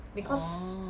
orh